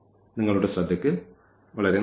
നിങ്ങളുടെ ശ്രദ്ധയ്ക്ക് വളരെ നന്ദി